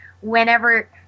whenever